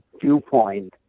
viewpoint